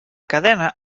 cadena